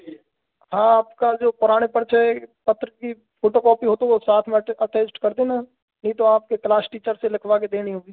हाँ आपका जो पुराने पर्चे पत्र की फ़ोटोकोपी हो तो वो साथ में अटे अटेचड कर दोना नहीं तो आपके क्लास टीचर से लिखवा के देनी होगी